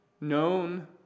Known